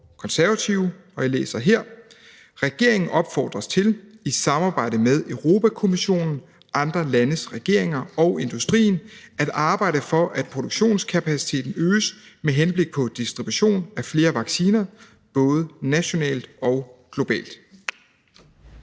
Forslag til vedtagelse »Regeringen opfordres til – i samarbejde med Europa-Kommissionen, andre landes regeringer og industrien – at arbejde for, at produktionskapaciteten øges med henblik på distribution af flere vacciner, både nationalt og globalt.«